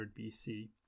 BC